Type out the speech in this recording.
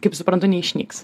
kaip suprantu neišnyks